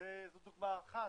זו דוגמה אחת.